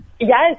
Yes